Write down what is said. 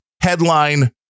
headline